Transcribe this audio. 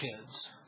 kids